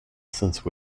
since